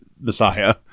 Messiah